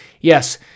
Yes